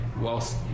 whilst